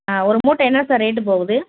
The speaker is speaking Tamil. ஆ ஒரு மூட்டை என்ன சார் ரேட்டு போகுது